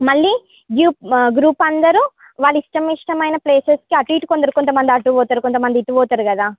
మళ్ళీ గ్రూప్ అందరూ వాళ్ళిష్టం ఇష్టమైన ప్లేసెస్కి అటు ఇటు కొందరు కొంతమంది అటు పోతారు కొంతమంది ఇటు పోతారు కదా